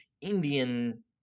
Indian